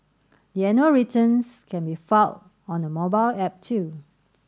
the annual returns can be filed on a mobile app too